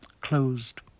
closed